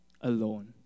alone